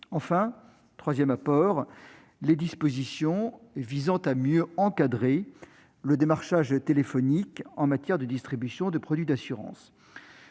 Troisième apport : les dispositions visant à mieux encadrer le démarchage téléphonique en matière de distribution de produits d'assurance.